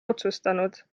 otsustanud